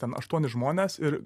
ten aštuoni žmonės ir